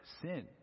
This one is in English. sin